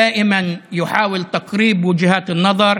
תמיד ניסה לקרב בין נקודות המבט,